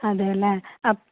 അതെയല്ലേ